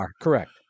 Correct